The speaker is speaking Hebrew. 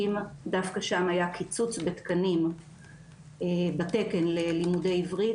דווקא שם היה שם קיצוץ בתקן ללימוד עברית,